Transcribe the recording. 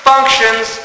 functions